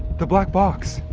the black box.